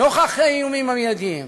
נוכח האיומים המיידיים,